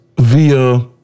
via